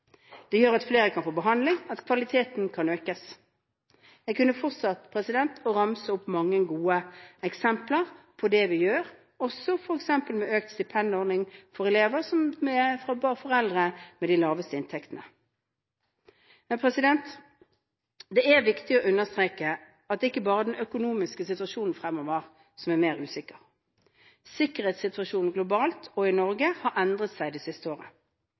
Det gjør at flere kan få behandling, og at kvaliteten kan økes. Jeg kunne fortsatt å ramse opp mange gode eksempler på det vi gjør, f.eks. økt stipendordning for elever som har foreldre med de laveste inntektene. Men det er viktig å understreke at det ikke bare er den økonomiske situasjonen som fremover er mer usikker. Sikkerhetssituasjonen globalt og i Norge har endret seg det siste året.